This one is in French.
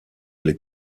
les